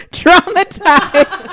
traumatized